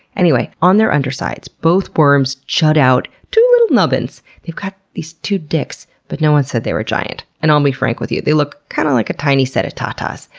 anyway, on their undersides, both worms jut out two little nubbins. they've got two dicks but no one said they were giant and i'll be frank with you, they look kind of like a tiny set of tatas.